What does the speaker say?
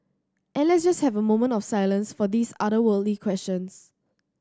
and let's just have a moment of silence for these otherworldly questions